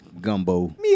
gumbo